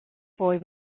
boy